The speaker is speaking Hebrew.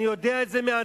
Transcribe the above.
אני יודע את זה מעצמי,